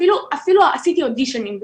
אפילו עשיתי אודישנים בזום.